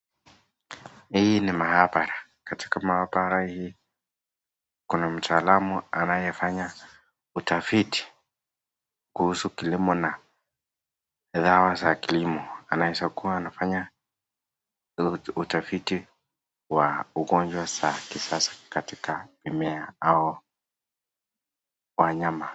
Hii ni maabara, katika maabara hii kuna mtaalamu anayefanya utafiti kuhusu kilimo na dawa za kilimo. Anaeza kuwa akifanya utafiti wa ugonjwa za kisasa katika mimea au wanyama.